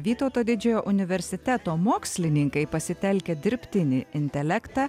vytauto didžiojo universiteto mokslininkai pasitelkę dirbtinį intelektą